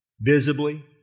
visibly